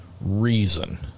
reason